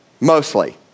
Mostly